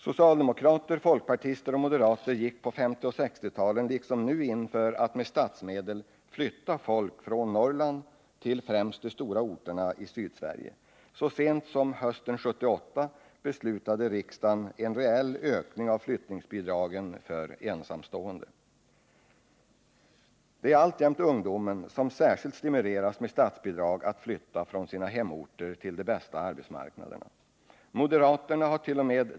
Socialdemokrater, folkpartister och moderater gick på 1950 och 1960-talen liksom nu in för att med statsmedel flytta folk från Norrland till främst de stora orterna i Sydsverige. Så sent som hösten 1978 fattade riksdagen beslut om en reell ökning av flyttningsbidragen för ensamstående. Det är alltjämt ungdomen som särskilt stimuleras med statsbidrag att flytta från sina hemorter till de bästa arbetsmarknaderna. Moderaterna hart.o.m.